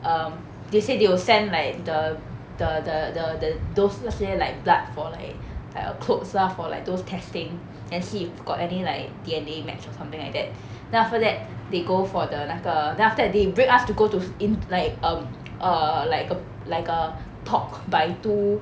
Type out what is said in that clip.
um they say they will send like the the the the the dose 那些 like blood for like like a clothes stuff or like those testing then see if got any like D_N_A matched or something like that then after that they go for the 那个 then after that they break us to go to in like um err like a like a talk by two